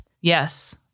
Yes